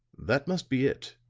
that must be it,